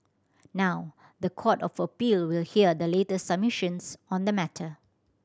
now the Court of Appeal will hear the latest submissions on the matter